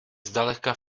zdaleka